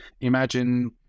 imagine